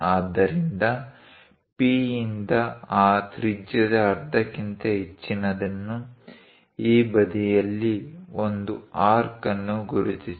ಆದ್ದರಿಂದ P ಯಿಂದ ಆ ತ್ರಿಜ್ಯದ ಅರ್ಧಕ್ಕಿಂತ ಹೆಚ್ಚಿನದನ್ನು ಈ ಬದಿಯಲ್ಲಿ ಒಂದು ಆರ್ಕ್ ಅನ್ನು ಗುರುತಿಸಿ